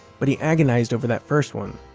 but he agonized over that first one